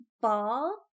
ball